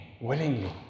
Willingly